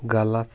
غَلَط